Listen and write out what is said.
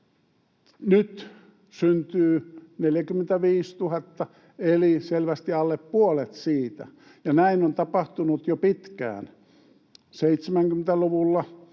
nyt syntyy 45 000 eli selvästi alle puolet siitä, ja näin on tapahtunut jo pitkään. 70-luvulla